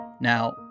Now